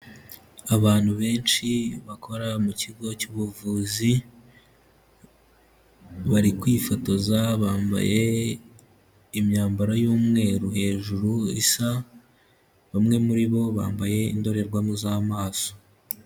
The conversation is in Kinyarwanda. Abantu benshi bakora mu kigo cy'ubuvuzi bari kwifotoza bambaye imyambaro y'umweru hejuru isa, bamwe muri bo bambaye indorerwamo z'amaso.